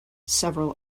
several